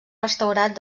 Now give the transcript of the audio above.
restaurat